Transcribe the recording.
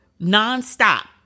nonstop